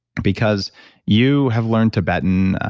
because you have learned tibetan,